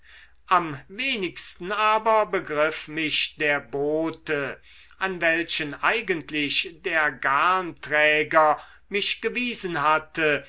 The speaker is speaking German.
am wenigsten aber begriff mich der bote an welchen eigentlich der garnträger mich gewiesen hatte